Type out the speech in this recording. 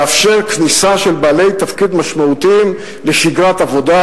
לאפשר כניסה של בעלי תפקיד משמעותיים לשגרת עבודה,